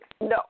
No